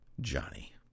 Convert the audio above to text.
Johnny